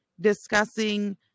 discussing